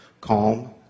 calm